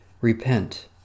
Repent